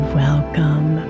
welcome